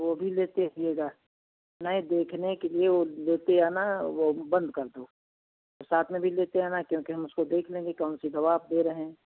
वह भी लेते आइएगा नहीं देखने के लिए वह लेते आना वह बंद कर दो साथ में भी लेते आना क्योंकि हम उसको देख लेंगे कौन सी दवा आप दे रहे हैं